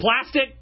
plastic